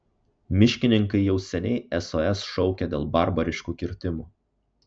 miškininkai jau seniai sos šaukia dėl barbariškų kirtimų